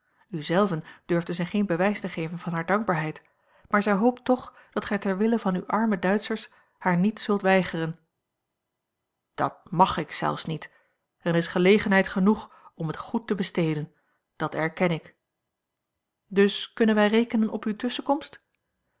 zelven durfde zij geen bewijs te geven van hare dankbaarheid maar zij hoopt toch dat gij ter wille van uwe arme duitschers haar niet zult weigeren dat mag ik zelfs niet en er is gelegenheid genoeg om het goed te besteden dat erken ik dus kunnen wij rekenen op uwe tusschenkomst